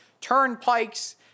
turnpikes